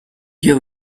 your